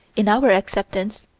in our acceptance,